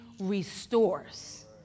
restores